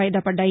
వాయిదా పడ్డాయి